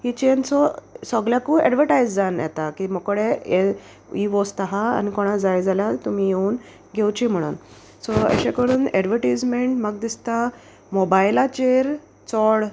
ही chainsaw सो सोगल्याकूय advertise जावन येता की मोकडे ये ही वोस्त आहा आनी कोणा जाय जाल्यार तुमी येवन घेवची म्हणोन सो अशें करून एडवर्टीजमेंट म्हाका दिसता मोबायलाचेर चोड